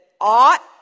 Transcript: ought